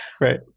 right